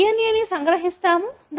మనము DNA ని సంగ్రహిస్తాము